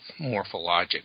morphologic